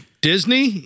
Disney